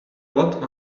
what